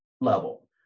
level